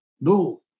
No